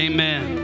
Amen